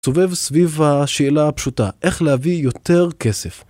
סובב סביב השאלה הפשוטה, איך להביא יותר כסף?